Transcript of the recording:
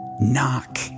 Knock